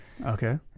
Okay